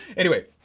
anyway,